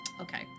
Okay